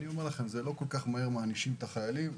כל כך מהר מענישים את החיילים,